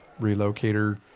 relocator